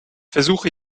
versuche